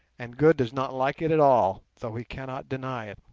and good does not like it at all, though he cannot deny it.